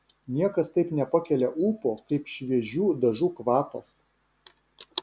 niekas taip nepakelia ūpo kaip šviežių dažų kvapas